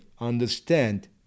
understand